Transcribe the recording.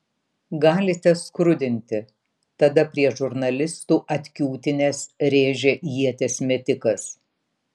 galite skrudinti tada prie žurnalistų atkiūtinęs rėžė ieties metikas